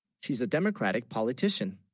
she's a democratic politician